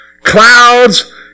clouds